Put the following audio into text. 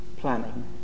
planning